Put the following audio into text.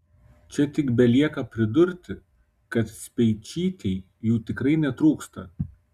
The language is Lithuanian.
čia tik belieka pridurti kad speičytei jų tikrai netrūksta